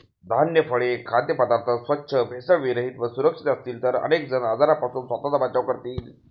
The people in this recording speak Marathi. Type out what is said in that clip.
धान्य, फळे, खाद्यपदार्थ स्वच्छ, भेसळविरहित व सुरक्षित असतील तर अनेक जण आजारांपासून स्वतःचा बचाव करतील